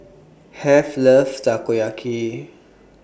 Heath loves Takoyaki